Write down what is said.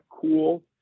cool